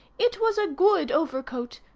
it was a good overcoat.